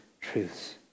truths